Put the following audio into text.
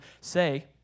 say